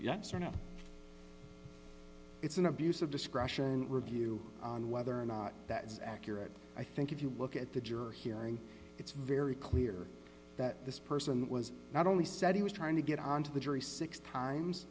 yes or no it's an abuse of discretion review on whether or not that is accurate i think if you look at the juror hearing it's very clear that this person was not only said he was trying to get onto the jury six times